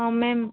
ହଁ ମ୍ୟାମ୍